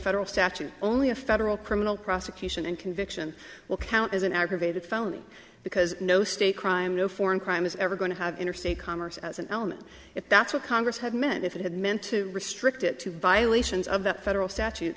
federal statute only a federal criminal prosecution and conviction will count as an aggravated felony because no state crime no foreign crime is ever going to have interstate commerce as an element if that's what congress had meant if it meant to restrict it to violations of the federal statute